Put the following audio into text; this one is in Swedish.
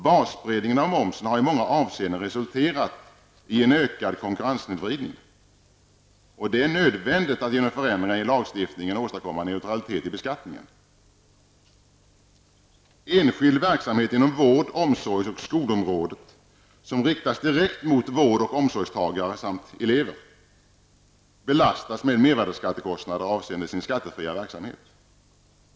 Basbreddningen av momsen har i många avseenden resulterat i en ökad konkurrenssnedvridning. Det är nödvändigt att genom förändringar i lagstiftningen åstadkomma neutralitet i beskattningen. Enskild verksamhet inom vård-, omsorgs och skolområdet som riktas direkt mot vård och omsorgstagare samt elever belastas med mervärdeskattekostnader avseende sin skattefria verksamhet.